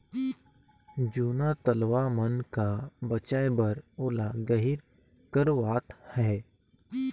जूना तलवा मन का बचाए बर ओला गहिर करवात है